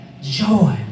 joy